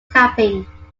camping